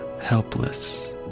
helpless